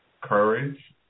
Courage